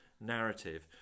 narrative